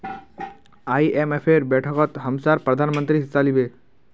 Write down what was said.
आईएमएफेर बैठकत हमसार प्रधानमंत्री हिस्सा लिबे